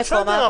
חיוניים.